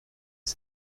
est